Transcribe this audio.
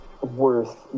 worth